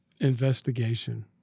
investigation